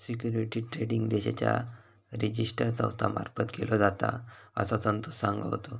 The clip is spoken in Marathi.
सिक्युरिटीज ट्रेडिंग देशाच्या रिजिस्टर संस्था मार्फत केलो जाता, असा संतोष सांगा होतो